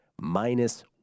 minus